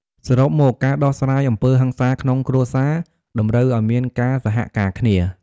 សរុបមក ការដោះស្រាយអំពើហិង្សាក្នុងគ្រួសារតម្រូវឲ្យមានការសហការគ្នា។